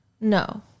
No